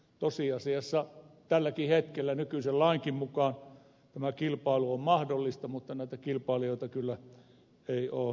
tosiasiassa tälläkin hetkellä nykyisenkin lain mukaan kilpailu on mahdollista mutta näitä kilpailijoita ei kyllä ole tullut